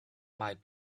might